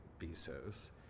Bezos